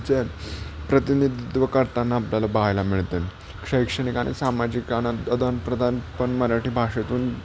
जे प्रतिनिधित्व करताना आपल्याला पाहायला मिळते शैक्षणिक आणि सामाजिक आना अदानप्रदान पन मराठी भाषेतून